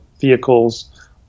vehicles